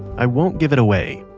i won't give it away,